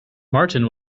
martin